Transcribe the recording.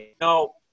No